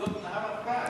גדות נהר הפרת.